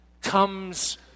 comes